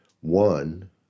One